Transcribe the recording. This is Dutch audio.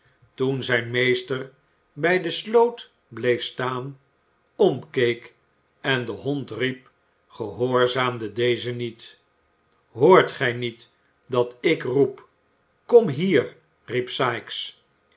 toen zijn meester bij dé sloot bleef staan omkeek en den hond riep gehoorzaamde deze niet hoort gij niet dat ik roep kom hier riep sikes